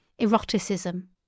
Eroticism